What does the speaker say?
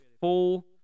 full